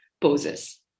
poses